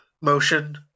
motion